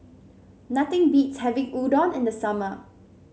nothing beats having Udon in the summer